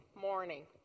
morning